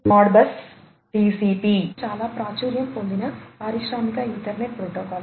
Modbus TCP చాలా ప్రాచుర్యం పొందిన పారిశ్రామిక ఈథర్నెట్ ప్రోటోకాల్